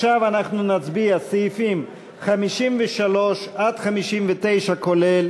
עכשיו אנחנו נצביע על סעיפים 53 59 כולל,